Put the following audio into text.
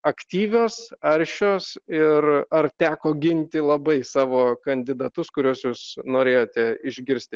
aktyvios aršios ir ar teko ginti labai savo kandidatus kuriuos jūs norėjote išgirsti